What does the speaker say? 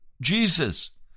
Jesus